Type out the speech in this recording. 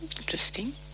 Interesting